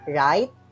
right